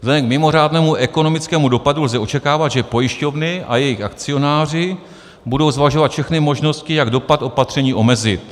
Vzhledem k mimořádnému ekonomickému dopadu lze očekávat, že pojišťovny a jejich akcionáři budou zvažovat všechny možnosti, jak dopad opatření omezit.